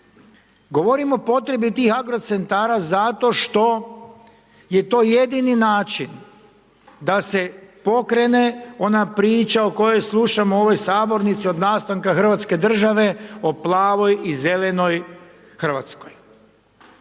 Govorim o potrebi tih agrocentara zato što je to jedini način da se pokrene ona priča o kojoj slušamo u ovoj sabornici od nastanka hrvatske države o plavoj i zelenoj Hrvatskoj.